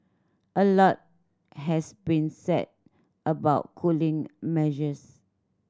a lot has been said about cooling measures